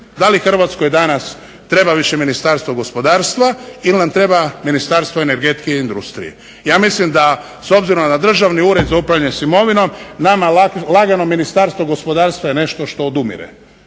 Da li Hrvatskoj danas treba više Ministarstvo gospodarstva ili nam treba Ministarstvo energetike i industrije. Ja mislim da s obzirom da Državni ured za upravljanje imovinom nama lagano Ministarstvo gospodarstva je nešto što odumire